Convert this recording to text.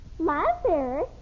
Mother